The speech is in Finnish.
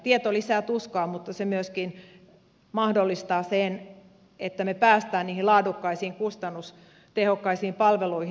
tieto lisää tuskaa mutta se myöskin mahdollistaa sen että me pääsemme niihin laadukkaisiin kustannustehokkaisiin palveluihin